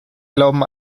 glauben